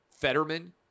Fetterman